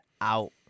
out